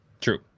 True